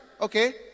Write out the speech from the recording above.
Okay